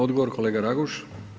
Odgovor kolega Raguž.